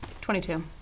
Twenty-two